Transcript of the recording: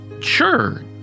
sure